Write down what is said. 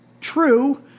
true